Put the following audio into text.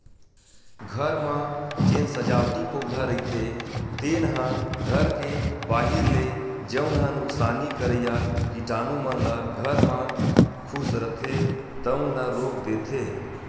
घर म जेन सजावटी पउधा रहिथे तेन ह घर के बाहिर ले जउन ह नुकसानी करइया कीटानु मन ल घर म खुसरथे तउन ल रोक देथे